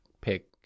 pick